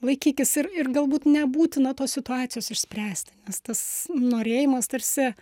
laikykis ir ir galbūt nebūtina tos situacijos išspręsti nes tas norėjimas tarsi